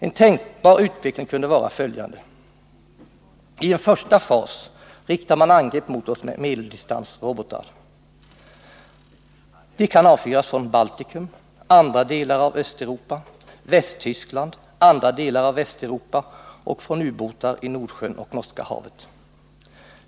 En tänkbar utveckling kunde vara följande: I en första fas riktar man angrepp mot oss med medeldistansrobotar. De kan avfyras från Baltikum, andra delar av Östeuropa, Västtyskland, andra delar av Västeuropa och från ubåtar i Nordsjön och Norska havet.